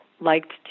liked